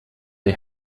der